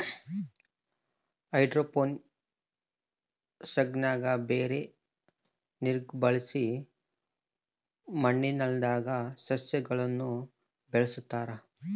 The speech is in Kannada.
ಹೈಡ್ರೋಫೋನಿಕ್ಸ್ನಾಗ ಬರೇ ನೀರ್ನ ಬಳಸಿ ಮಣ್ಣಿಲ್ಲದಂಗ ಸಸ್ಯಗುಳನ ಬೆಳೆಸತಾರ